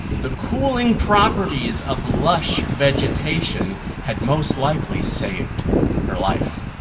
the cooling properties of lush vegetation had most likely saved her life.